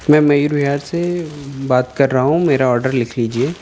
میں میور وہار سے بات کر رہا ہوں میرا آڈر لکھ لیجیے